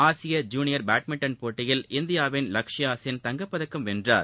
ஆசிய junior badminton போட்டியில் இந்தியாவின் லக்ஷயா சென் தங்கப்பதக்கம் வென்றார்